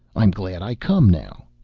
i'm glad i come, now.